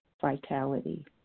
vitality